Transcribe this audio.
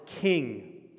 King